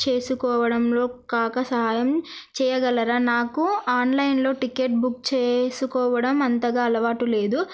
చేసుకోవడంలో కాక సహాయం చేయగలరా నాకు ఆన్లైన్లో టిక్కెట్ బుక్ చేసుకోవడం అంతగా అలవాటు లేదు